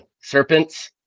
serpents